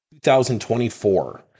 2024